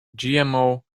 gmo